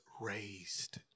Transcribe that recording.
raised